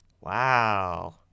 Wow